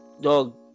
dog